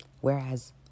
Whereas